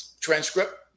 transcript